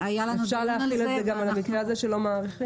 אפשר להחיל את זה גם על המקרה הזה שלא מאריכים?